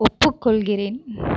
ஒப்புக்கொள்கிறேன்